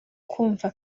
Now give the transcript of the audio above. kumva